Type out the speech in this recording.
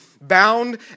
bound